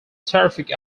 terrific